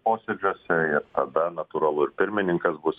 posėdžiuose ir tada natūralu ir pirmininkas bus